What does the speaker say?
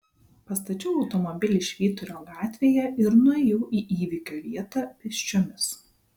pastačiau automobilį švyturio gatvėje ir nuėjau į įvykio vietą pėsčiomis